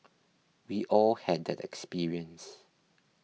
we all had that experience